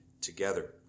together